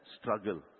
struggle